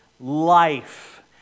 life